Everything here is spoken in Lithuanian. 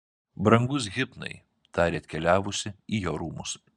brangus hipnai tarė atkeliavusi į jo rūmus